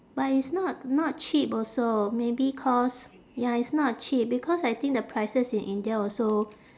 but it's not not cheap also maybe cause ya it's not cheap because I think the prices in india also